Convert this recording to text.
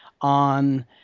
on